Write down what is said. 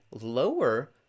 lower